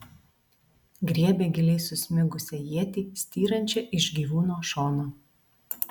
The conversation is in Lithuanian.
griebė giliai susmigusią ietį styrančią iš gyvūno šono